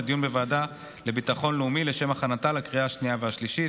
לדיון בוועדת החוץ והביטחון.